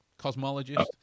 cosmologist